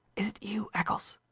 is it you, eccles?